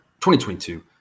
2022